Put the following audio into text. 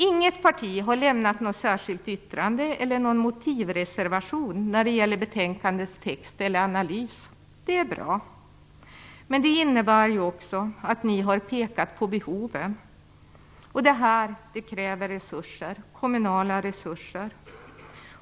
Inget parti har lämnat något särskilt yttrande eller någon motivreservation när det gäller betänkandets text eller analys, och det är bra. Men det innebär också att ni har pekat på behoven. Det här kräver kommunala resurser.